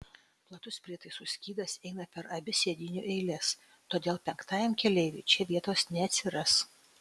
platus prietaisų skydas eina per abi sėdynių eiles todėl penktajam keleiviui čia vietos neatsiras